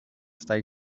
stay